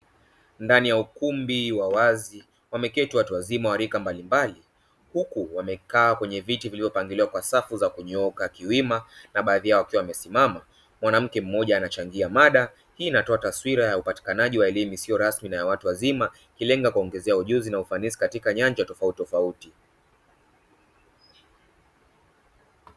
Ndani ya ukumbi wa wazi wameketi watu wazima wa rika mbalimbali huku wamekaa kwenye viti vilivyopangiliwa kwa safu za kunyooka kiwima na baadhi yao wakiwa wamesimama mwanamke mmoja anachangia mada. Hii inatoa taswira ya upatikanaji wa elimu isiyo rasmi na ya watu wazima ikilenga kuwaongezea ujuzi na ufanisi katika nyanja tofautitofauti.